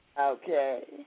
Okay